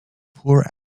poor